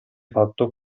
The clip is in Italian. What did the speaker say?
fatto